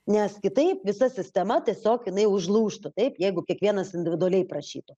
nes kitaip visa sistema tiesiog jinai užlūžtų taip jeigu kiekvienas individualiai prašytų